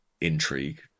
intrigue